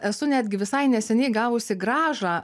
esu netgi visai neseniai gavusi grąžą